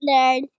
Learn